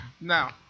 Now